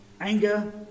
anger